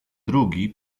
drugi